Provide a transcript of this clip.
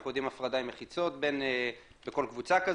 אנחנו יודעים הפרדה עם מחיצות לכל קבוצה כזאת.